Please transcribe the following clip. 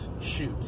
shoot